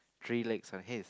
three legs on him